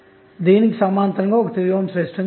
దీనికి సమాంతరంగా 3 ohm resistance కలదు